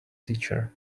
teacher